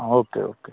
okay okay